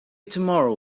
tomorrow